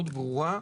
מאוד ברורה,